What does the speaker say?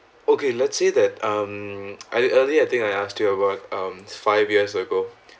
okay let's say that um I already I think I asked you about um five years ago